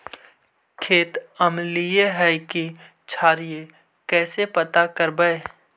खेत अमलिए है कि क्षारिए इ कैसे पता करबै?